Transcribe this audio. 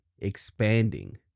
expanding